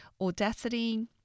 Audacity